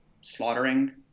slaughtering